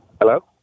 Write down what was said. Hello